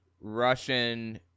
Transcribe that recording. Russian